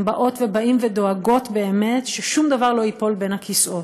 הן באות ובאים ודואגות ששום דבר לא ייפול בין הכיסאות,